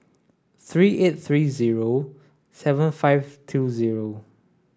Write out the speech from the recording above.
three eight three zero seven five two zero